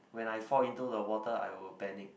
when I fall into the water I will panic